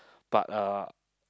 but uh